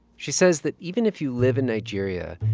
she says that even if you live in nigeria,